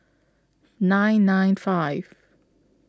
nine nine five